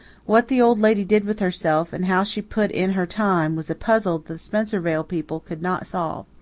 what the old lady did with herself and how she put in her time was a puzzle the spencervale people could not solve.